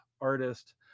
artist